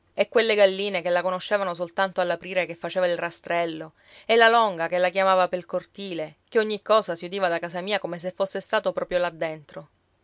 e quelle galline che la conoscevano soltanto all'aprire che faceva il rastrello e la longa che la chiamava pel cortile che ogni cosa si udiva da casa mia come se fosse stato proprio là dentro